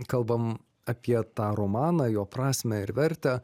kalbam apie tą romaną jo prasmę ir vertę